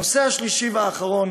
הנושא השלישי והאחרון,